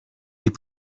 les